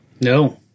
No